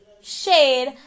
shade